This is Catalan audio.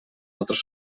altres